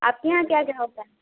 आपके यहाँ क्या क्या होता है